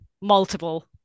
multiple